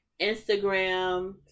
Instagram